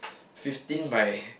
fifteen my